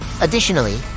additionally